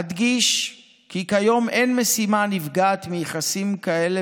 אדגיש כי כיום אין משימה נפגעת מיחסים כאלה